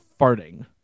farting